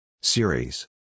Series